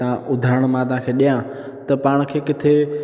उदाहरण मां तव्हांखे ॾियां त पाण खे किथे